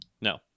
No